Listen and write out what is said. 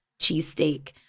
cheesesteak